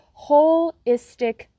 holistic